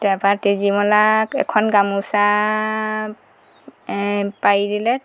তাপা তেজীমলাক এখন গামোচা পাৰি দিলে